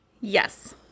yes